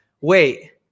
wait